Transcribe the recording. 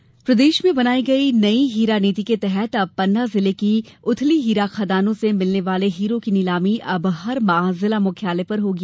हीरा नीति प्रदेश में बनाई गई नई हीरा नीति के तहत अब पन्ना जिले की उथली हीरा खदानों से मिलने वाले हीरों की नीलामी अब हर माह जिला मुख्यालय पर होगी